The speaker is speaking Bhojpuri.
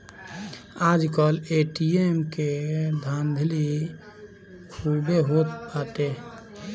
आजकल ए.टी.एम के धाधली खूबे होत बाटे